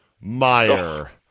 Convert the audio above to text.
Meyer